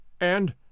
and